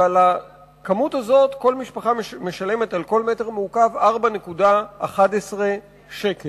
ועל הכמות הזאת כל משפחה משלמת על כל מטר מעוקב 4.11 שקלים.